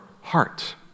heart